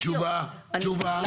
תשובה, תשובה.